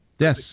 Yes